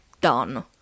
done